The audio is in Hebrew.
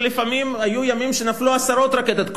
ולפעמים היו ימים שנפלו עשרות רקטות,